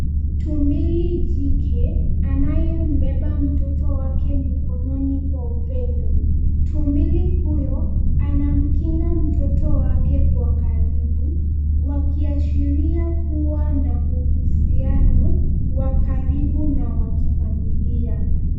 Tumbili jike anayembeba mtoto wake mikononi kwa upendo. Tumbili huyo anamkinga mtoto wake kwa karibu wakiashiria kuwa na uhusiano wa karibu na wa kifamilia.